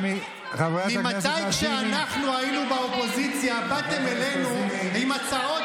מתי כשאנחנו היינו באופוזיציה באתם אלינו עם הצעות